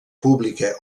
publica